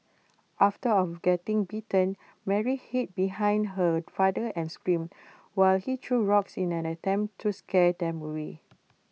after of getting bitten Mary hid behind her father and screamed while he threw rocks in an attempt to scare them away